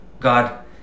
God